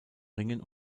ringen